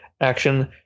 action